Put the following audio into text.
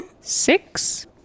Six